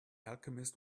alchemist